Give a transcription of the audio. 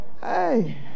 Hey